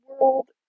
world